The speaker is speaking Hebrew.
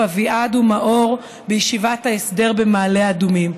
אביעד ומאור בישיבת ההסדר במעלה אדומים,